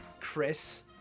Chris